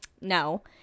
No